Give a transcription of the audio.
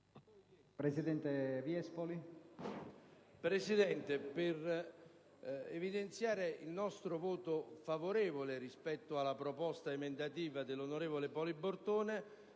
Presidente, vorrei anticipare il nostro voto favorevole rispetto alla proposta emendativa della senatrice Poli Bortone,